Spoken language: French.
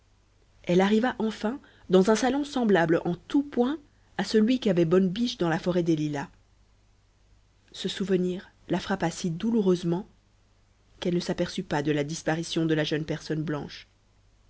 elle arriva enfin dans un salon semblable en tous points à celui qu'avait bonne biche dans la forêt des lilas ce souvenir la frappa si douloureusement qu'elle ne s'aperçut pas de la disparition de la jeune personne blanche